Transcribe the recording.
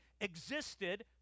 existed